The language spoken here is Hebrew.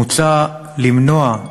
מוצע למנוע,